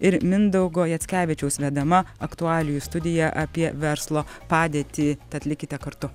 ir mindaugo jackevičiaus vedama aktualijų studija apie verslo padėtį tad likite kartu